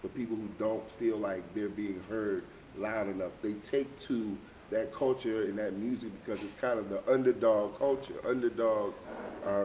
for people who don't feel like they're being heard loud enough. they take to that culture and that music because it's kind of the underdog culture, underdog